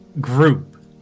group